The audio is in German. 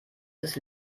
des